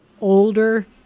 older